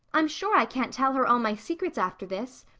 i'm sure i can't tell her all my secrets after this.